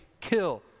kill